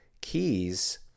keys